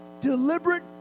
deliberate